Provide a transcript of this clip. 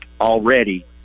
already